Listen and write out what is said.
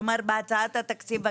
כלומר בהצעת התקציב הקיימת?